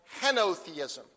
henotheism